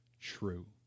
true